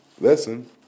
listen